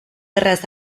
erraz